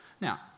Now